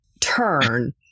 turn